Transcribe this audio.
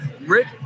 Rick